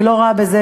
אני לא רואה את זה,